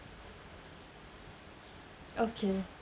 okay